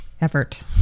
effort